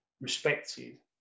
respected